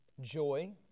Joy